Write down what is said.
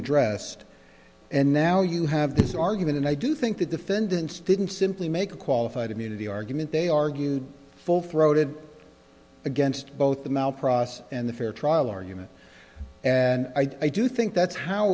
addressed and now you have this argument and i do think the defendants didn't simply make a qualified immunity argument they argued full throated against both the mouth process and the fair trial argument and i do think that's how